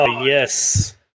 Yes